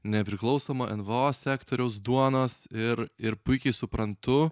nepriklausomų nvo sektoriaus duonos ir ir puikiai suprantu